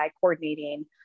coordinating